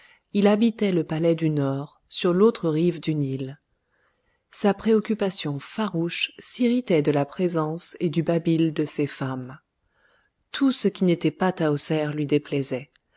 il habitait le palais du nord sur l'autre rive du nil sa préoccupation farouche s'irritait de la présence et du babil de ses femmes tout ce qui n'était pas tahoser lui déplaisait